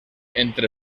entre